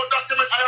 document